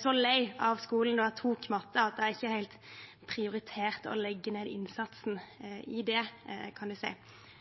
så lei av skolen da jeg tok matte, at jeg ikke helt prioriterte å legge ned innsatsen i det, kan jeg si. Det er litt flaut å se